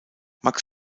max